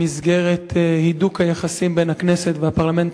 במסגרת הידוק היחסים בין הכנסת לפרלמנט